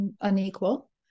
unequal